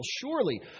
Surely